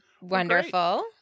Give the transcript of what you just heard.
Wonderful